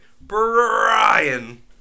Brian